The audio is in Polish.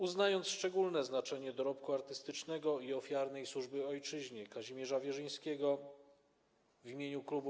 Uznając szczególne znaczenie dorobku artystycznego i ofiarnej służby ojczyźnie Kazimierza Wierzyńskiego, w imieniu Klubu